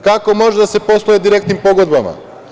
Kako može da se posluje direktnim pogodbama?